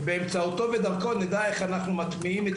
באמצעותו נדע איך אנחנו מטמיעים את